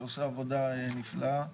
שעושה עבודה נפלאה,